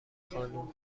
خانم